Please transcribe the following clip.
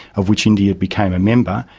of which india became a member,